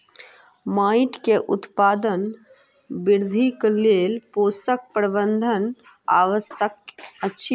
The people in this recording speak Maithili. माइट के उत्पादन वृद्धिक लेल पोषक प्रबंधन आवश्यक अछि